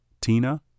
Tina